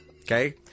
Okay